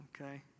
Okay